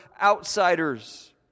outsiders